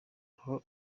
aho